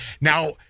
now